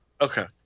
Okay